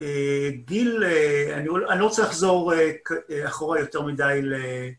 גיל, אני לא רוצה לחזור אחורה יותר מדי...